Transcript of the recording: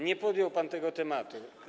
Nie podjął pan tego tematu.